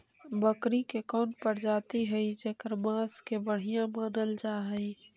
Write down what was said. बकरी के कौन प्रजाति हई जेकर मांस के बढ़िया मानल जा हई?